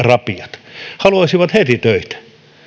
rapiat haluaisi heti töitä